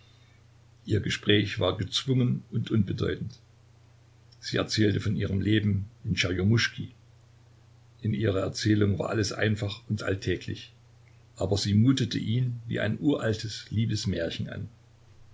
ihr gespräch war gezwungen und unbedeutend sie erzählte von ihrem leben in tscherjomuschki in ihrer erzählung war alles einfach und alltäglich aber sie mutete ihn wie ein uraltes liebes märchen an